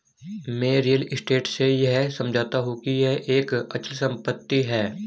मैं real estate से यह समझता हूं कि यह एक अचल संपत्ति है